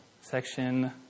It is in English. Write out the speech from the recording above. section